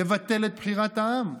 לבטל את בחירת העם?